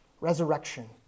Resurrection